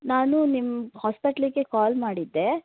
ನಾನು ನಿಮ್ಮ ಹಾಸ್ಪೆಟ್ಲಿಗೆ ಕಾಲ್ ಮಾಡಿದ್ದೆ